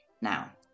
Now